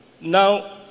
Now